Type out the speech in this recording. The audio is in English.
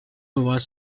was